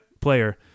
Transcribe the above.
player